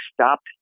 stopped